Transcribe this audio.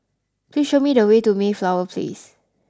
please show me the way to Mayflower Place